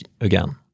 again